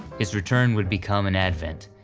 his return would become an advent,